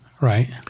Right